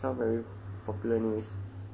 can lah doesn't sound very popular anyways